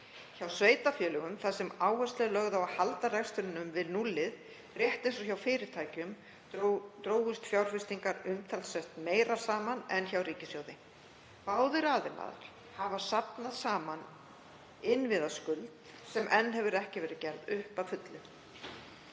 Hjá sveitarfélögum, þar sem áhersla er lögð á að halda rekstrinum við núllið, rétt eins og hjá fyrirtækjum, drógust fjárfestingar umtalsvert meira saman en hjá ríkissjóði. Báðir aðilar hafa safnað saman innviðaskuld sem enn hefur ekki verið gerð upp að fullu.